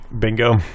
bingo